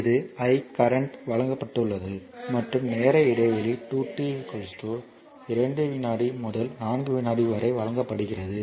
இது i current வழங்கப்பட்டுள்ளது மற்றும் நேர இடைவெளி 2 t 2 வினாடி முதல் 4 வினாடி வரை வழங்கப்படுகிறது